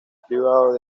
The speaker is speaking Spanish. privado